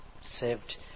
saved